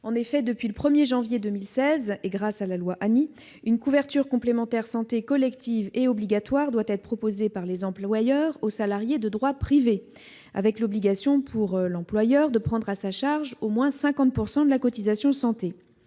santé. Depuis le 1 janvier 2016, grâce à la loi ANI, une couverture complémentaire santé collective et obligatoire doit être proposée par les employeurs aux salariés de droit privé, avec l'obligation pour l'employeur de prendre à sa charge au moins 50 % de la cotisation santé.